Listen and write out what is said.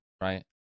right